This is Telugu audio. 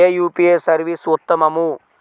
ఏ యూ.పీ.ఐ సర్వీస్ ఉత్తమము?